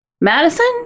Madison